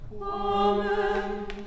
Amen